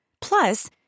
Plus